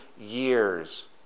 years